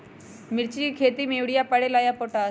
मिर्ची के खेती में यूरिया परेला या पोटाश?